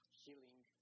healing